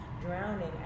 drowning